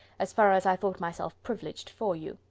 as far as i thought myself privileged, for you.